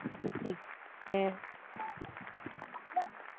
ᱴᱷᱤᱠ ᱦᱮᱸ